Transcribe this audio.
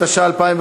התשע"ה 2015,